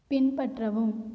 பின்பற்றவும்